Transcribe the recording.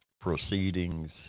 proceedings